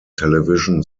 television